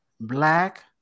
black